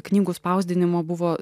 knygų spausdinimo buvo